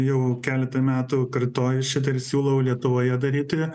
jau keleta metų kartoju šitą ir siūlau lietuvoje daryti